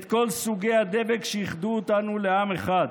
את כל סוגי הדבק שאיחדו אותנו לעם אחד.